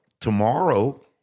Tomorrow